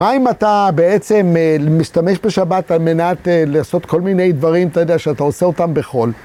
מה אם אתה בעצם משתמש בשבת על מנת לעשות כל מיני דברים, אתה יודע, שאתה עושה אותם בכל?